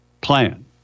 plan